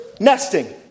nesting